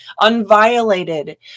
Unviolated